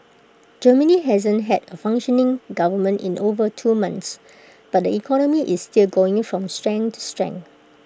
Germany hasn't had A functioning government in over two months but the economy is still going from strength to strength